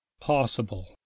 possible